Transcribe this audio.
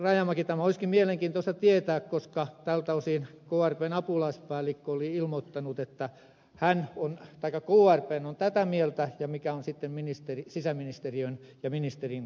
rajamäki tämä olisikin mielenkiintoista tietää koska tältä osin krpn apulaispäällikkö oli ilmoittanut että krp on tätä mieltä ja mikä on sitten sisäministeriön ja ministerin kanta